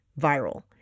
viral